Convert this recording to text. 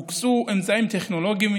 הוקצו אמצעים טכנולוגיים,